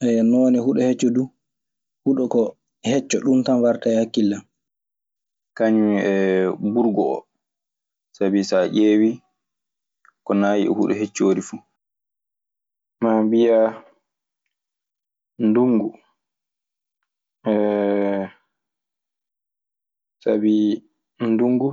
Haya, noonde huɗo hecco duu, huɗo koo hecco ɗun tan warta e hakkille an. Naa mbiyaa ndunngu